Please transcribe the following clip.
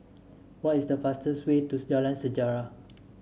what is the fastest way to Jalan Sejarah